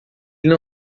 não